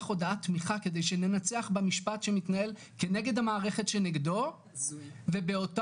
הודעת תמיכה כדי שננצח במשפט שמתנהל כנגד המערכת שנגדו ובאותו